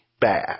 bad